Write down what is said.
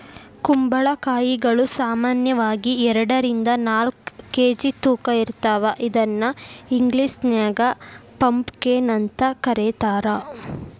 ಕುಂಬಳಕಾಯಿಗಳು ಸಾಮಾನ್ಯವಾಗಿ ಎರಡರಿಂದ ನಾಲ್ಕ್ ಕೆ.ಜಿ ತೂಕ ಇರ್ತಾವ ಇದನ್ನ ಇಂಗ್ಲೇಷನ್ಯಾಗ ಪಂಪಕೇನ್ ಅಂತ ಕರೇತಾರ